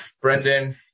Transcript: Brendan